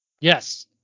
Yes